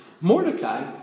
Mordecai